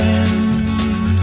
end